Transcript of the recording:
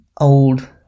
old